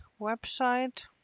website